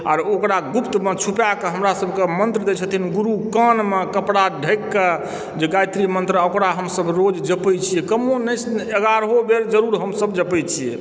आओर ओकरा गुप्तमे छुपाए कऽ हमरासभके मन्त्र दैत छथिन गुरु कानमे कपड़ा ढकि कऽ जे गायत्री मन्त्र ओकरा हमसभ रोज जपैत छियै कमोबेश हमसभ एगारहो बेर हमसभ जरूर जपैत छियै